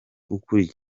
ukuriye